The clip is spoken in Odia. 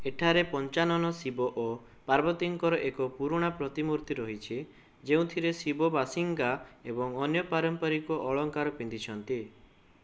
ଏଠାରେ ପଞ୍ଚାନନ ଶିବ ଓ ପାର୍ବତୀଙ୍କର ଏକ ପୁରୁଣା ପ୍ରତିମୂର୍ତ୍ତି ରହିଛି ଯେଉଁଥିରେ ଶିବ ବାସିଙ୍ଗା ଏବଂ ଅନ୍ୟ ପାରମ୍ପରିକ ଅଳଙ୍କାର ପିନ୍ଧିଛନ୍ତି